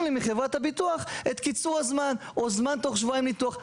לי בחברות הביטוח את קיצור הזמן או זמן תוך שבועיים ניתוח.